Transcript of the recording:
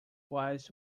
was